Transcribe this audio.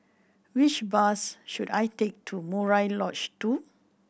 which bus should I take to Murai Lodge Two